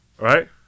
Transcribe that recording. Right